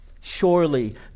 surely